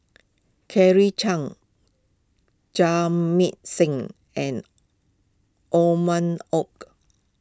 Claire Chiang Jamit Singh and Othman Wok